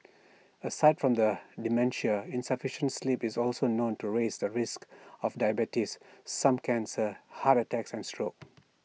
aside from the dementia insufficient sleep is also known to raise the risk of diabetes some cancers heart attacks and stroke